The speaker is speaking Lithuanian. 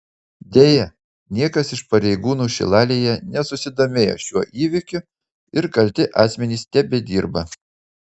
deja niekas iš pareigūnų šilalėje nesusidomėjo šiuo įvykiu ir kalti asmenys tebedirba